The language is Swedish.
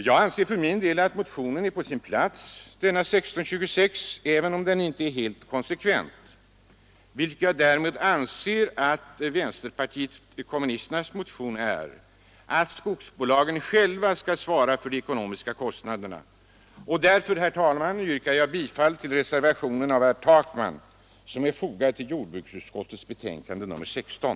Jag anser motionen 1626 vara på sin plats, även om den inte helt är konsekvent, vilket jag anser att vänsterpartiet kommunisternas motion är. I denna hävdas att skogsbolagen själva skall svara för kostnaderna. Därför, herr talman, yrkar jag bifall till den reservation av herr Takman som är fogad till jordbruksutskottets betänkande nr 16.